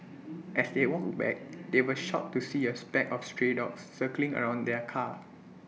as they walked back they were shocked to see A speck of stray dogs circling around their car